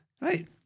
right